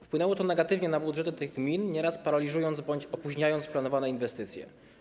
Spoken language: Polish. Wpłynęło to negatywnie na budżety tych gmin, nieraz paraliżując bądź opóźniając planowane inwestycje.